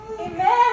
Amen